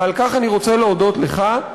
ועל כך אני רוצה להודות לך.